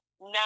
Now